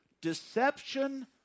Deception